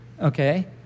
okay